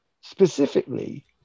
Specifically